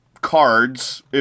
cards